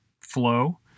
flow